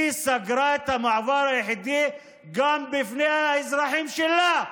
היא סגרה את המעבר היחידי גם בפני האזרחים שלה,